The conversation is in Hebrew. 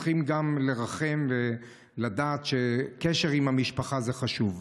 וצריכים גם לרחם ולדעת שקשר עם המשפחה זה חשוב.